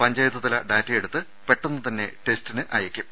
പഞ്ചായത്തുതല ഡാറ്റയെടുത്ത് പെട്ടെന്നു തന്നെ ടെസ്റ്റിന് അയക്കും